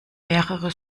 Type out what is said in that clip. mehrere